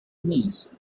niece